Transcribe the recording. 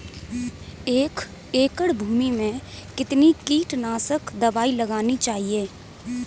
एक एकड़ भूमि में कितनी कीटनाशक दबाई लगानी चाहिए?